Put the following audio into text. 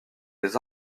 des